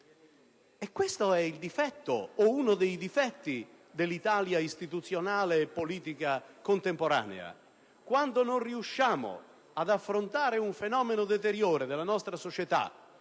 Questo è il difetto, o uno dei difetti dell'Italia istituzionale e politica contemporanea. Quando non riusciamo ad affrontare un fenomeno deteriore della nostra società